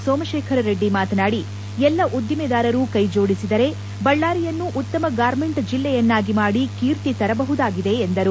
ಸೋಮಶೇಖರರೆಡ್ಡಿ ಮಾತನಾಡಿ ಎಲ್ಲ ಉದ್ದಿಮೆದಾರರು ಕೈಜೋಡಿಸಿದರೆ ಬಳ್ಳಾರಿಯನ್ನು ಉತ್ತಮ ಗಾರ್ಮೆಂಟ್ ಜಿಲ್ಲೆಯನ್ನಾಗಿ ಮಾಡಿ ಕೀರ್ತಿ ತರಬಹುದಾಗಿದೆ ಎಂದರು